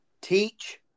teach